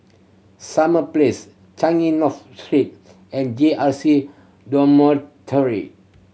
Summer Place Changi North Street and J R C Dormitory